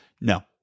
No